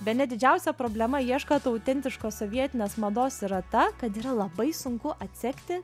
bene didžiausia problema ieškant autentiškos sovietinės mados yra ta kad yra labai sunku atsekti